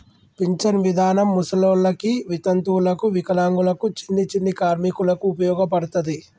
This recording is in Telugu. పింఛన్ విధానం ముసలోళ్ళకి వితంతువులకు వికలాంగులకు చిన్ని చిన్ని కార్మికులకు ఉపయోగపడతది